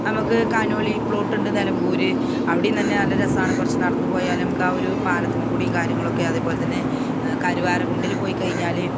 നമുക്ക് കനോലി പ്ലോട്ടുണ്ട് നിലമ്പൂർ അവിടെയും തന്നെ നല്ല രസമാണ് കുറച്ചു നടന്നു പോയാലും നമുക്ക് ആ ഒരു പാലത്തുമ്മക്കൂടിയും കാര്യങ്ങളൊക്കെ അതെപോലെതന്നെ കരുവാര കുണ്ടിൽ പോയി കഴിഞ്ഞാൽ